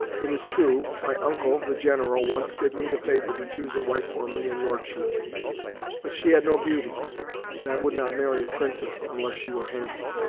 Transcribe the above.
it is true, my uncle, the general, once did me the favor to choose a wife for me in yorkshire but she had no beauty and i would not marry a princess, unless she were handsome.